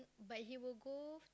but he would go